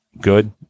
good